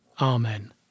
Amen